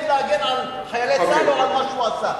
להגן על חיילי צה"ל או על מה שהוא עשה.